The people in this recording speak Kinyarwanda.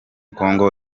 congo